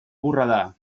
borredà